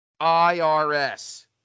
IRS